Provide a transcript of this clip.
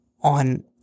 on